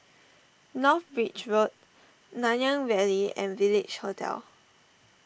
North Bridge Road Nanyang Valley and Village Hotel